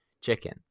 chicken